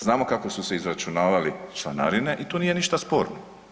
Znamo kako su se izračunavali članarine i tu nije ništa sporno.